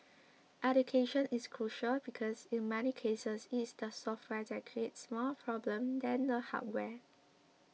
education is crucial because in many cases it is the software that creates more problems than the hardware